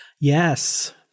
Yes